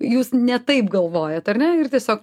jūs ne taip galvojat ar ne ir tiesiog